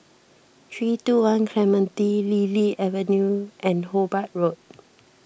three two one Clementi Lily Avenue and Hobart Road